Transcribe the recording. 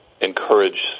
encourage